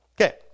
Okay